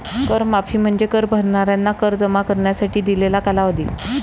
कर माफी म्हणजे कर भरणाऱ्यांना कर जमा करण्यासाठी दिलेला कालावधी